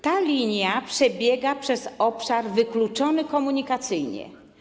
Ta linia przebiega przez obszar wykluczony komunikacyjnie.